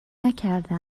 نکرده